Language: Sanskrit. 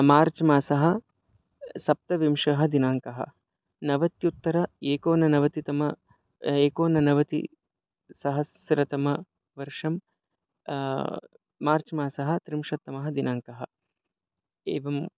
मार्च् मासः सप्तविंशः दिनाङ्कः नवत्युत्तर एकोननवतितमम् एकोननवतिसहस्रतमवर्षं मार्च् मासः त्रिंशत्तमः दिनाङ्कः एवम्